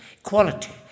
equality